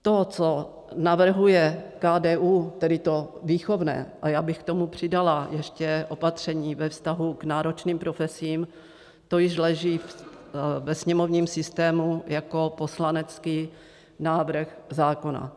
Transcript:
To, co navrhuje KDU, tedy to výchovné, a já bych k tomu přidala ještě opatření ve vztahu k náročným profesím, to již leží ve sněmovním systému jako poslanecký návrh zákona.